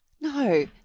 No